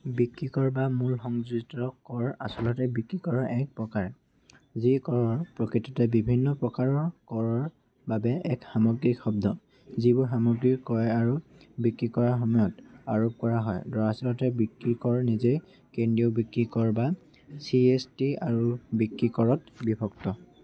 বিক্ৰী কৰ বা মূল সংযোজিত কৰ আচলতে বিক্ৰী কৰৰ এক প্ৰকাৰ যি কৰৰ প্ৰকৃততে বিভিন্ন প্ৰকাৰৰ কৰৰ বাবে এক সামগ্ৰিক শব্দ যিবোৰ সামগ্ৰী ক্ৰয় আৰু বিক্ৰী কৰাৰ সময়ত আৰোপ কৰা হয় দৰাচলতে বিক্ৰী কৰ নিজেই কেন্দ্ৰীয় বিক্ৰী কৰ বা চি এছ টি আৰু বিক্ৰী কৰত বিভক্ত